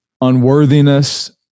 unworthiness